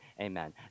Amen